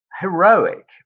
heroic